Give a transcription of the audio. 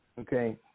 Okay